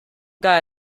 got